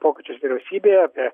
pokyčius vyriausybėje apie